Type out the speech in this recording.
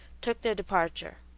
took their departure.